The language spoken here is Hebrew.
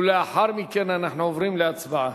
ולאחר מכן אנחנו עוברים להצבעה.